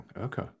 Okay